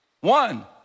One